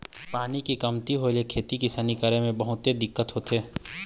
पानी के कमती के होय ले खेती किसानी करे म बहुतेच दिक्कत होथे